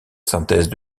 synthèse